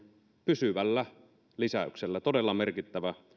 pysyvällä lisäyksellä todella merkittävä